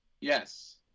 Yes